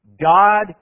God